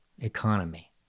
economy